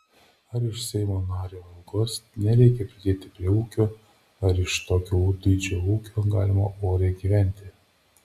ar iš seimo nario algos nereikia pridėti prie ūkio ar iš tokio dydžio ūkio galima oriai gyventi